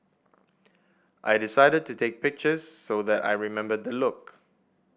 I decided to take pictures so that I remember the look